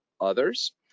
others